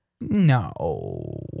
No